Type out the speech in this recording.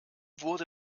wurde